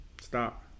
Stop